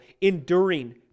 enduring